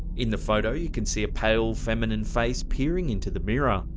in the photo, you can see a pale, feminine face peering into the mirror.